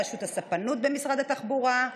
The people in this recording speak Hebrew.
רשות הספנות במשרד התחבורה,